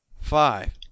Five